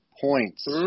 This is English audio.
points